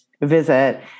visit